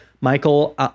Michael